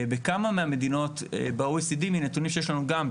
בכמה מהמדינות ב-OECD מנתונים שיש לנו גם,